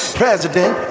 president